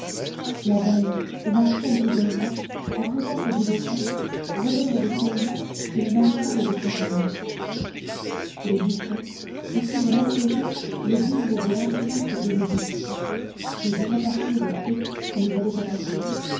la dalle où marcel égorgea en présence du dauphin robert de clermont et le maréchal de champagne le guichet où furent lacérées les bulles de l'antipape bénédict et d'où repartirent ceux qui les avaient apportées